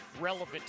relevant